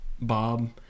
Bob